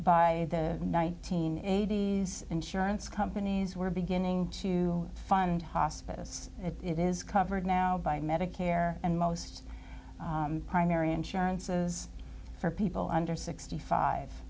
by the nineteen eighties insurance companies were beginning to fund hospice it is covered now by medicare and most primary insurances for people under sixty five